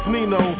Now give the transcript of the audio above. Nino